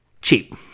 Cheap